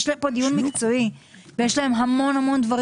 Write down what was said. יש כאן דיון מקצועי ויש להם המון מה לומר.